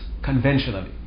Conventionally